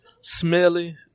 smelly